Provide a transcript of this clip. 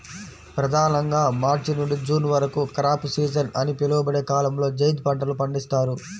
ప్రధానంగా మార్చి నుండి జూన్ వరకు క్రాప్ సీజన్ అని పిలువబడే కాలంలో జైద్ పంటలు పండిస్తారు